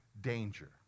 danger